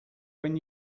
when